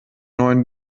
neuen